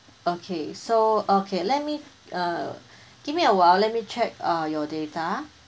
okay so okay let me uh give me a while let me check uh your data